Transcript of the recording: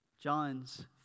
John's